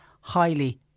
highly